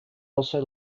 also